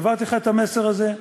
העברתי לך את המסר הזה,